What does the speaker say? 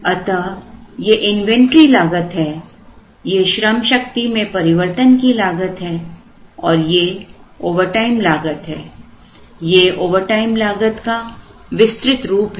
अतः ये इन्वेंटरी लागत है ये श्रमशक्ति में परिवर्तन की लागत है और ये ओवरटाइम लागत है ये ओवरटाइम लागत का विस्तृत रूप है